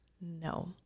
No